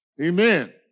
Amen